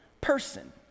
person